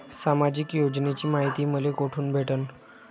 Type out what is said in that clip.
सामाजिक योजनेची मायती मले कोठून भेटनं?